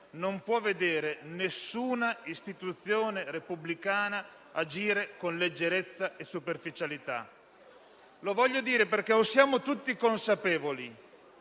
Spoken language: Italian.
non può vedere alcuna istituzione repubblicana agire con leggerezza e superficialità. Lo voglio dire perché siamo tutti consapevoli